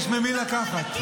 יש ממי לקחת.